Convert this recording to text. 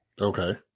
Okay